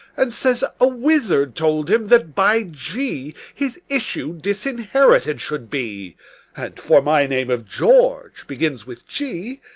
and says a wizard told him that by g his issue disinherited should be and, for my name of george begins with g,